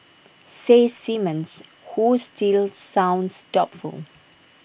says Simmons who still sounds doubtful